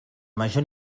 major